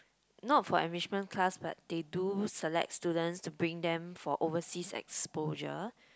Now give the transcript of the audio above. not for enrichment class but they do select students to bring them for overseas exposure